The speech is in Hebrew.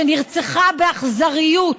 שנרצחה באכזריות